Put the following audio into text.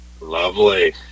lovely